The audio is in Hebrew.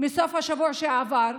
מסוף השבוע שעבר,